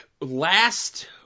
last